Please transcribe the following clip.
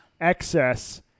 Excess